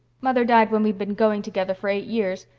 mother died when we'd been going together for eight years.